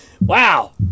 Wow